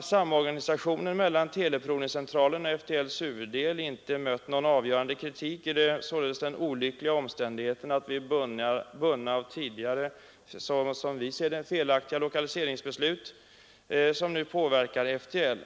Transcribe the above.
samorganisationen mellan teleprovningscentralen och FTL:s huvuddel inte mött någon avgörande kritik, är det således den olyckliga omständigheten att vi är bundna av tidigare, som vi moderater ser det, felaktiga lokaliseringsbeslut som nu påverkar FTL.